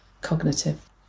cognitive